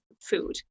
food